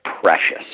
precious